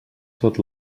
tot